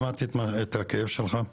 שמעתי את הכאב שלך,